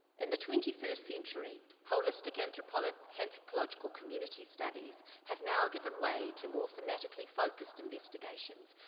in the twenty first century, holistic anthropological anthropological community studies have now given way to more thematically focused investigations.